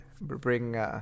bring